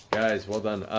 well done.